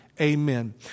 Amen